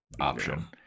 option